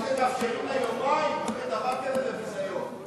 זה שמאפשרים לה יומיים אחרי דבר כזה זה ביזיון.